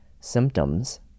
symptoms